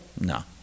No